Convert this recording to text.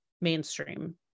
mainstream